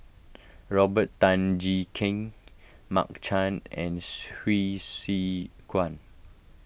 Robert Tan Jee Keng Mark Chan and Hsu Tse Kwang